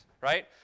right